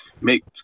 make